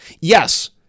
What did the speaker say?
Yes